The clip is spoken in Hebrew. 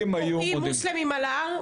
היו --- אותם פורעים מוסלמים על ההר,